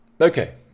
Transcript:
Okay